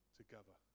together